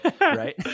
right